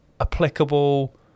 applicable